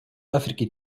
африке